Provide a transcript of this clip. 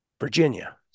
Virginia